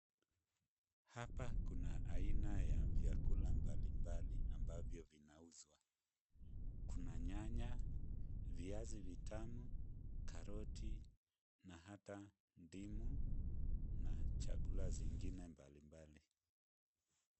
Hapa kuna aina ya vyakula mbali mbali ambavyo vinauzwa. Kuna nyanya, viazi vitamu, karoti na hata ndimu na chakula zingine mbali mbali mbali.